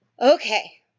Okay